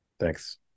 Thanks